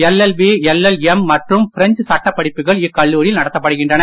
LLB LLM மற்றும் French சட்டப் படிப்புகள் இக்கல்லூரியில் நடத்தப்படுகின்றன